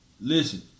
Listen